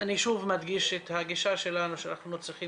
אני שוב מדגיש את הגישה שלנו,